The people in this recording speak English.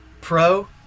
pro